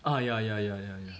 ah ya ya ya ya ya